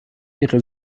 ihre